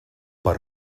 per